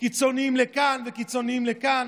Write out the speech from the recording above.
קיצוניים לכאן וקיצוניים לכאן,